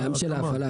גם של ההפעלה.